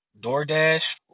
DoorDash